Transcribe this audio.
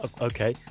Okay